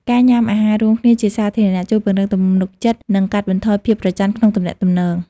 ការញ៉ាំអាហាររួមគ្នាជាសាធារណៈ ជួយពង្រឹងទំនុកចិត្ត និងកាត់បន្ថយភាពប្រច័ណ្ឌក្នុងទំនាក់ទំនង។